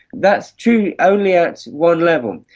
that's true only at one level.